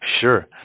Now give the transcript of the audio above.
Sure